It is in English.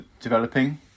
developing